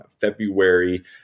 February